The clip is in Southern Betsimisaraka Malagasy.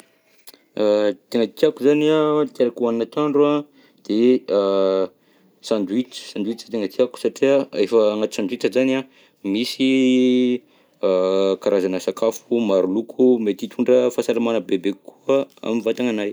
Tena tiàko zany an, tiàko ohanina antoandro an, de sandwich, sandwich tena tiàko satria efa agnaty sandwich zany an, misy karazana sakafo maro loko mety hitondra fahasalamana bebe kokoa amin'ny vatagnanahy.